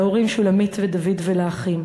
להורים שולמית ודוד ולאחים,